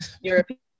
European